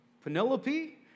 Penelope